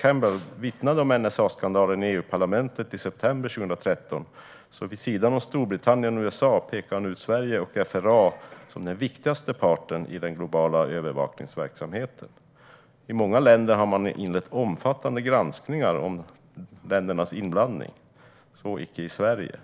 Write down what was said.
Campbell vittnade om NSA-skandalen i EU-parlamentet i september 2013 pekade han, vid sidan av Storbritannien och USA, ut Sverige och FRA som den viktigaste parten i den globala övervakningsverksamheten. I många länder har man inlett omfattande granskningar av ländernas inblandning, men så icke i Sverige.